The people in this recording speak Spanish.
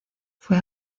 fue